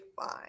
fine